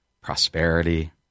prosperity